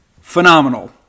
Phenomenal